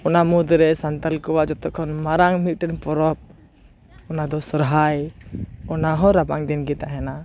ᱚᱱᱟ ᱢᱩᱫᱽ ᱨᱮ ᱥᱟᱱᱛᱟᱲ ᱠᱚᱣᱟᱜ ᱡᱚᱛᱚ ᱠᱷᱚᱱ ᱢᱟᱨᱟᱝ ᱢᱤᱫᱴᱮᱱ ᱯᱚᱨᱚᱵᱽ ᱚᱱᱟ ᱫᱚ ᱥᱚᱨᱦᱟᱭ ᱚᱱᱟ ᱦᱚᱸ ᱨᱟᱵᱟᱝ ᱫᱤᱱ ᱜᱮ ᱛᱟᱦᱮᱱᱟ